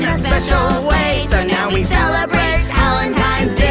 special way so now we celebrate hal-entine's